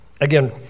again